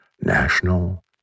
national